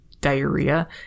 diarrhea